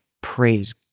Praise